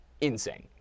insane